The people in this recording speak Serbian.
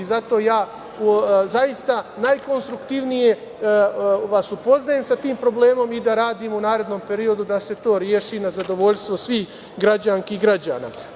Zato ja najkonstruktivnije vas upoznajem sa tim problemom i da radimo u narednom periodu da se to reši na zadovoljstvo svih građanki i građana.